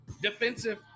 defensive